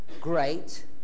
great